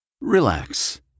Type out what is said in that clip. Relax